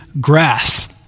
grass